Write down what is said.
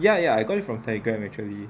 ya ya I got it from telegram actually